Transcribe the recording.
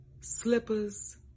slippers